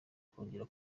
kongera